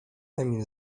emil